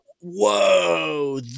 whoa